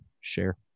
share